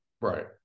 Right